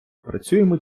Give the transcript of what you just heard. працюємо